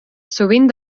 sovint